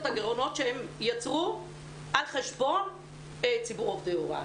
הגירעונות שהם יצרו על חשבון ציבור עובדי הוראה.